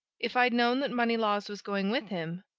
if i'd known that moneylaws was going with him,